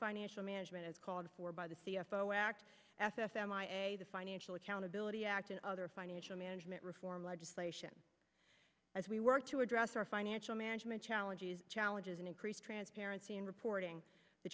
financial management as called for by the c f o act f f m i a the financial accountability act and other financial manager reform legislation as we work to address our financial management challenges challenges an increased transparency in reporting the